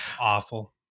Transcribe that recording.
Awful